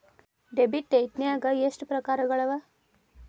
Debit ಡೈಟ್ನ್ಯಾಗ್ ಎಷ್ಟ್ ಪ್ರಕಾರಗಳವ?